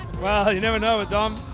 well you never know with dom.